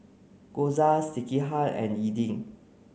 Gyoza Sekihan and Idili